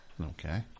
Okay